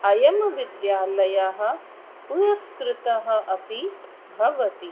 अयं विद्याल्लयः पुरस्कृतः अपि भवति